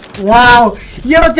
while young